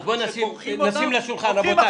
אז בואו נשים על השולחן רבותיי.